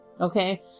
Okay